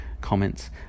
comments